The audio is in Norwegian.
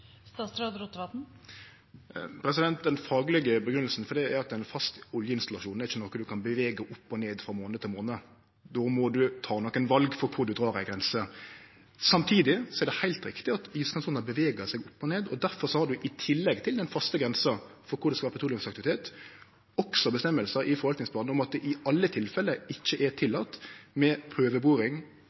Den faglege grunngjevinga for det er at ein fast oljeinstallasjon ikkje er noko ein kan bevege opp og ned månad for månad. Då må ein ta nokre val for kvar ein dreg ei grense. Samtidig er det heilt rett at iskantsona bevegar seg opp og ned, og difor har ein i tillegg til den faste grensa for kvar det skal vere petroleumsaktivitet, også føresegner i forvaltningsplanen om at det i alle tilfelle ikkje er tillate med prøveboring